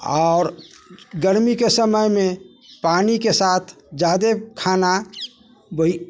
आओर गर्मीके समयमे पानिके साथ जादे खाना बइ